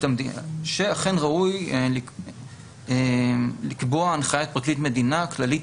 שאכן ראוי לקבוע הנחיית פרקליט מדינה כללית